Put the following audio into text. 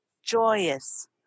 joyous